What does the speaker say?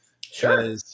Sure